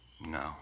No